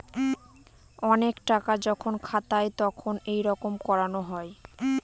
অনেক টাকা যখন খাতায় তখন এইরকম করানো হয়